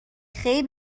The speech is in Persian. خیر